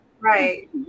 right